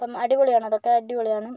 അപ്പം അടിപൊളിയാണ് അതൊക്കെ അടിപൊളിയാണ്